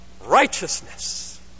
righteousness